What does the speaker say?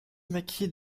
maquis